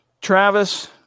Travis